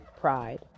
pride